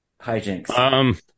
hijinks